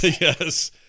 Yes